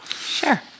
Sure